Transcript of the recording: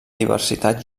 diversitat